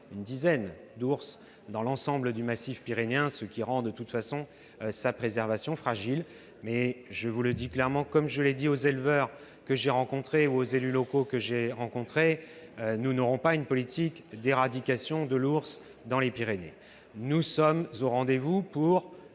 qu'une dizaine d'ours dans l'ensemble du massif pyrénéen, ce qui rend de toute façon sa préservation fragile. Je vous le dis clairement, comme je l'ai énoncé aux éleveurs et aux élus locaux que j'ai rencontrés : nous ne mènerons pas une politique d'éradication de l'ours dans les Pyrénées. Nous sommes en revanche au rendez-vous pour